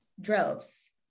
Droves